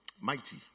Mighty